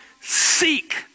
seek